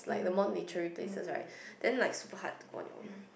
mm mm